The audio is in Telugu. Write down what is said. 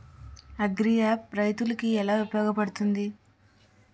అగ్రియాప్ రైతులకి ఏలా ఉపయోగ పడుతుంది?